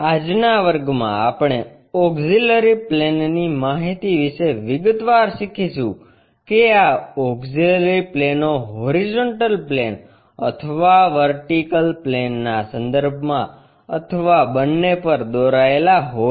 આજના વર્ગમાં આપણે ઓક્ષીલરી પ્લેનની માહીતી વિશે વિગતવાર શીખીશું કે આ ઓક્ષીલરી પ્લેનો હોરીઝોન્ટલ પ્લેન અથવા વર્ટિકલ પ્લેનના સંદર્ભમાં અથવા બંને પર દોરેલા હોય